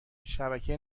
شبکه